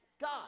God